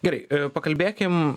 gerai pakalbėkim